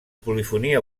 polifonia